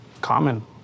common